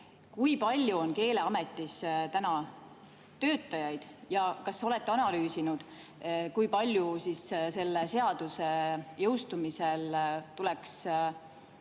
Kui palju on Keeleametis praegu töötajaid? Ja kas olete analüüsinud, kui palju selle seaduse jõustumisel tuleks